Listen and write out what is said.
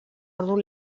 ordu